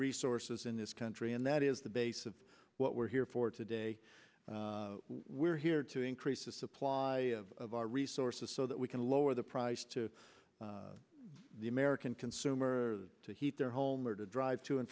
resources in this country and that is the basis of what we're here for today we're here to increase the supply of resources so that we can lower the price to the american consumer to heat their home or to drive to and